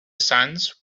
sands